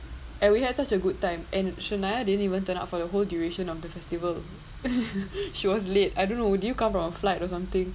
and we had such a good time and shania didn't even turn up for the whole duration of the festival she was late I don't know did you come from a flight or something